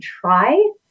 try